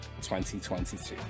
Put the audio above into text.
2022